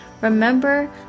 Remember